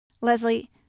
Leslie